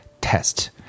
test